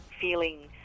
feeling